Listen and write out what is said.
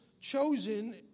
chosen